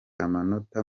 amanota